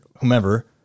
whomever